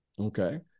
okay